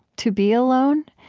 to be alone,